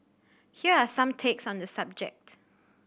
here are some takes on the subject